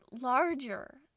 larger